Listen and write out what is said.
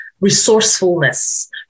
resourcefulness